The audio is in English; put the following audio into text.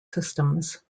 systems